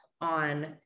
on